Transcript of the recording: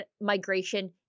migration